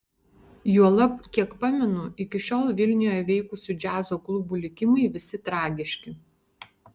juolab kiek pamenu iki šiol vilniuje veikusių džiazo klubų likimai visi tragiški